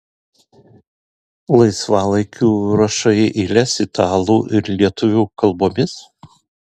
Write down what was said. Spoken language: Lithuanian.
laisvalaikiu rašai eiles italų ir lietuvių kalbomis